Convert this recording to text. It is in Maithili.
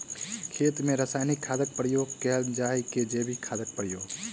खेत मे रासायनिक खादक प्रयोग कैल जाय की जैविक खादक प्रयोग?